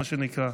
מה שנקרא.